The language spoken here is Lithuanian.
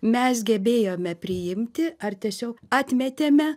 mes gebėjome priimti ar tiesiog atmetėme